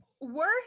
worse